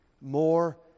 More